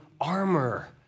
armor